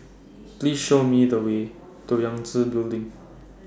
Please Show Me The Way to Yangtze Building